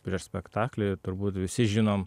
prieš spektaklį turbūt visi žinom